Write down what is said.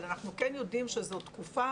אבל אנחנו כן יודעים שזו תקופה